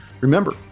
Remember